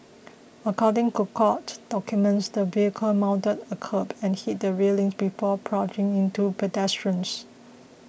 according to court documents the vehicle mounted a kerb and hit the railings before ploughing into pedestrians